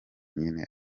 nyine